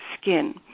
skin